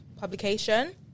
publication